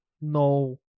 No